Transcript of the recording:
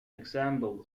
example